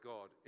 God